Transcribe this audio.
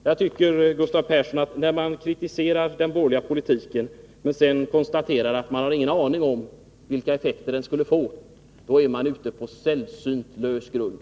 Jag tycker, Gustav Persson, att när man kritiserat den borgerliga politiken och sedan konstaterar att man inte har någon aning om vilka effekter den skulle ha fått, då står man på sällsynt lös grund.